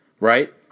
Right